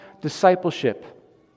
discipleship